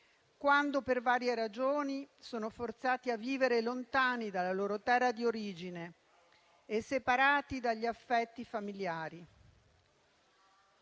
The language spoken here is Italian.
quando, per varie ragioni, sono forzati a vivere lontani dalla loro terra di origine e separati dagli affetti familiari».